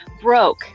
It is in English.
broke